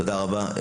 תודה רבה.